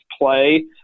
play